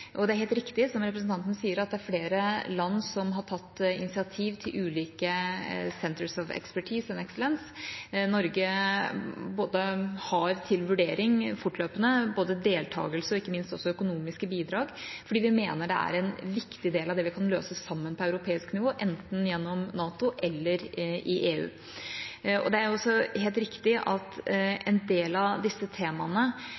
Og det er helt riktig som representanten sier, at det er flere land som har tatt initiativ til ulike Centres of Expertise and Excellence. Norge har til vurdering fortløpende både deltakelse og ikke minst også økonomiske bidrag, fordi vi mener det er en viktig del av det vi kan løse sammen på europeisk nivå, enten gjennom NATO eller i EU. Det er også helt riktig at